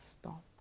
stop